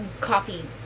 coffee